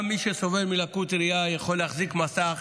גם מי שסובל מלקות ראייה, יכולים להחזיק מסך